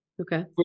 Okay